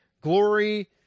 glory